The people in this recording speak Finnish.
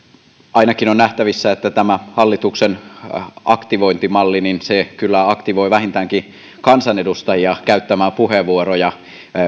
ainakin on nähtävissä että tämä hallituksen aktivointimalli aktivoi kansanedustajia vähintäänkin käyttämään puheenvuoroja